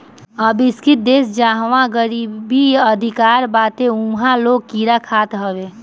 अविकसित देस जहवा गरीबी अधिका बाटे उहा के लोग कीड़ा खात हवे